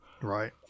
Right